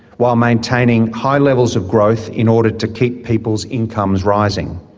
while maintaining high levels of growth in order to keep people's incomes rising.